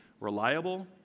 reliable